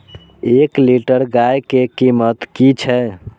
एक लीटर गाय के कीमत कि छै?